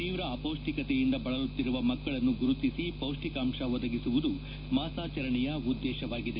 ತೀವ್ರ ಅಪೌಢ್ಹಿಕತೆಯಿಂದ ಬಳಲುತ್ತಿರುವ ಮಕ್ಕಳನ್ನು ಗುರುತಿಸುವುದು ಹಾಗೂ ಪೌಢ್ಹಿಕಾಂಶ ಒದಗಿಸುವುದು ಮಾಸಾಚರಣೆಯ ಉದ್ದೇಶವಾಗಿದೆ